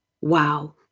wow